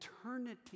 eternity